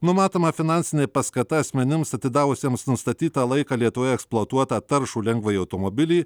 numatoma finansinė paskata asmenims atidavusiems nustatytą laiką lietuvoje eksploatuotą taršų lengvąjį automobilį